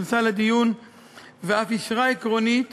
התכנסה לדיון ואף אישרה עקרונית